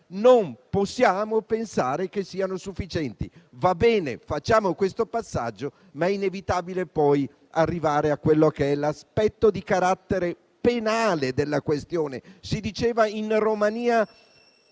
Non possiamo pensare che siano sufficienti. Va bene fare questo passaggio, ma è inevitabile poi arrivare all'aspetto di carattere penale della questione. Si diceva che in Romania